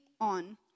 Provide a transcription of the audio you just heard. On